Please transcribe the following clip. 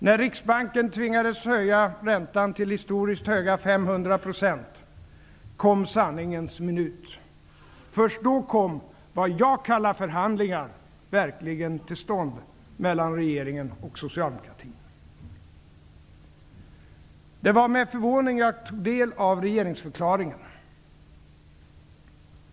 När riksbanken tvingades höja räntan till historiskt höga 500 % kom sanningens minut. Först då kom det som jag kallar för förhandlingar verkligen till stånd mellan regeringen och socialdemokratin. Det var med förvåning jag tog del av regeringsförklaringen.